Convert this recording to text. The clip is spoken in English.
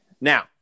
now